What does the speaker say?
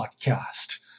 Podcast